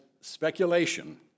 speculation